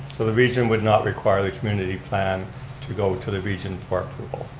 so the region would not require the community plan to go to the region for approval.